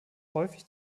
häufig